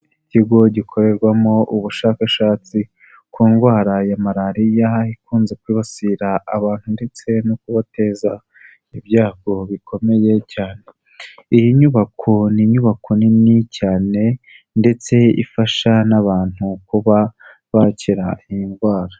Ikigo gikorerwamo ubushakashatsi ku ndwara ya Malariya ikunze kwibasira abantu ndetse no kubateza ibyago bikomeye cyane, iyi nyubako ni inyubako nini cyane ndetse ifasha n'abantu kuba bakira iyi ndwara.